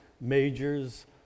majors